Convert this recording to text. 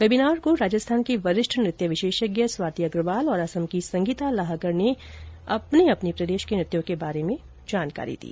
webinar को राजस्थान की वरिष्ठ नृत्य विशेषज्ञ स्वाति अग्रवाल और असम की संगीता लाहकर ने अपने अपने प्रदेश के नृत्यों के बारे में जानकारी दी